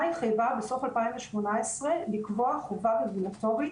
התחייבה בסוף 2018 לקבוע חובה רגולטורית